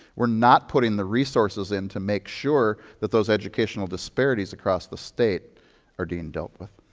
we're not putting the resources in to make sure that those educational disparities across the state are being dealt with.